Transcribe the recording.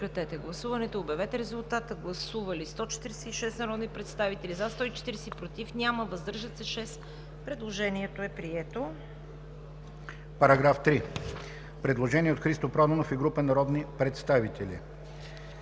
По § 22 има предложение от Христо Проданов и група народни представители: